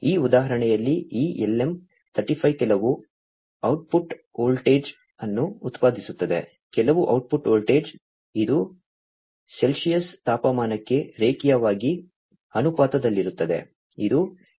ಈ ಉದಾಹರಣೆಯಲ್ಲಿ ಈ LM 35 ಕೆಲವು ಔಟ್ಪುಟ್ ವೋಲ್ಟೇಜ್ ಅನ್ನು ಉತ್ಪಾದಿಸುತ್ತದೆ ಕೆಲವು ಔಟ್ಪುಟ್ ವೋಲ್ಟೇಜ್ ಇದು ಸೆಲ್ಸಿಯಸ್ ತಾಪಮಾನಕ್ಕೆ ರೇಖೀಯವಾಗಿ ಅನುಪಾತದಲ್ಲಿರುತ್ತದೆ ಇದು ಸೆಲ್ಸಿಯಸ್ ತಾಪಮಾನಕ್ಕೆ ಅನುಪಾತದಲ್ಲಿರುತ್ತದೆ